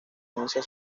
inicia